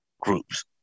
groups